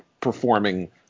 performing